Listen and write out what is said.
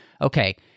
okay